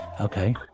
Okay